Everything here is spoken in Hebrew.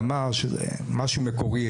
ואמר שזה משהו מקורי,